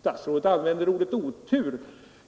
Statsrådet använde ordet ”otur”.